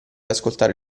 ascoltare